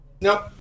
no